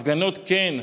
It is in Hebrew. הפגנות, כן,